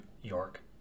york